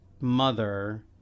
mother